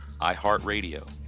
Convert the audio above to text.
iHeartRadio